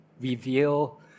reveal